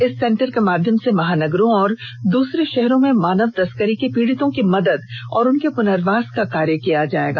इस सेंटर के माध्यम से महानगरों और दूसरे षहरों में मानव तसकरी के पीड़ितों की मदद और उनके पुनर्वास का कार्य किया जायेगा